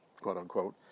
quote-unquote